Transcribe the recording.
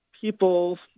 people